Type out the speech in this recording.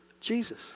Jesus